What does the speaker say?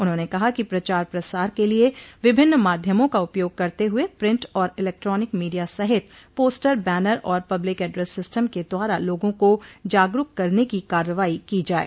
उन्होंने कहा कि प्रचार प्रसार के लिये विभिन्न माध्यमों का उपयोग करते हुए प्रिंट और इलेक्ट्रानिक मीडिया सहित पोस्टर बैनर और पब्लिक एड्रेस सिस्टम के द्वारा लोगों को जागरूक करने की कार्रवाई की जाये